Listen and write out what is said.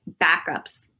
backups